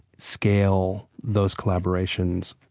scale those collaborations.